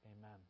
Amen